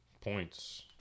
Points